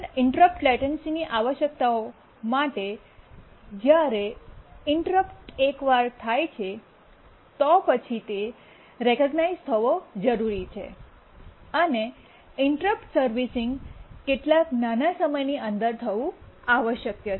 interrupt latency આવશ્યકતાઓ માટે જ્યારે ઇન્ટરપ્ટ એકવાર થાય છે તો પછી તે રેકગ્નાઇજ઼ થવો જરૂરી છે અને ઇન્ટરપ્ટ સર્વિસિંગ કેટલાક નાના સમયની અંદર થવું આવશ્યક છે